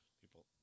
People